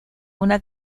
una